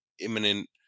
imminent